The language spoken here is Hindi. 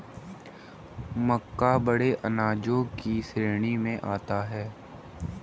मक्का बड़े अनाजों की श्रेणी में आता है